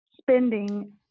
spending